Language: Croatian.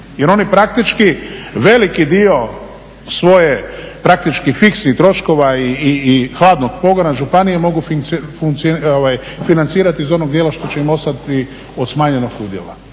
jer oni praktički veliki dio svoje praktički fiksnih troškova i hladnog pogona županije mogu financirati iz onoga dijela što će im ostati od smanjenog udjela.